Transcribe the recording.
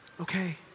Okay